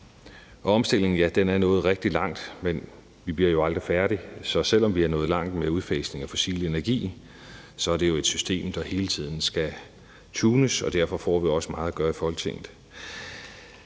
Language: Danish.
Omstillingen er nået rigtig langt, men vi bliver jo aldrig færdige, så selv om vi er nået langt med udfasning af fossil energi, er det jo et system, der hele tiden skal tunes. Derfor får vi også meget at gøre i Folketinget.